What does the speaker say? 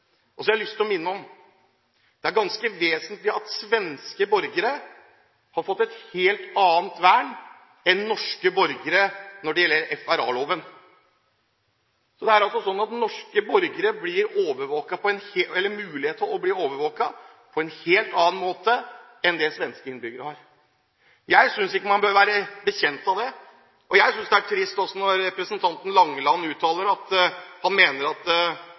lovverket. Så har jeg lyst til å minne om: Det er ganske vesentlig at svenske borgere har fått et helt annet vern enn norske borgere når det gjelder FRA-loven. Det er altså muligheter for å overvåke norske borgere på en helt annen måte enn svenske innbyggere. Jeg synes ikke man bør være bekjent av det. Jeg synes også det er trist når representanten Langeland uttaler at